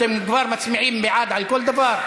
אתם כבר מצביעים בעד על כל דבר?